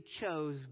chose